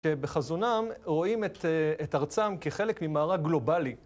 שבחזונם רואים את ארצם כחלק ממערה גלובלי.